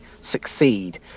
succeed